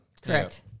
Correct